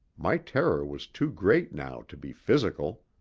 my terror was too great now to be physical.